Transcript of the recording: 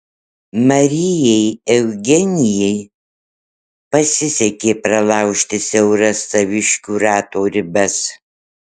marijai eugenijai pasisekė pralaužti siauras saviškių rato ribas